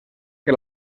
que